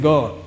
God